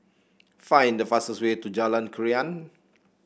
find the fastest way to Jalan Krian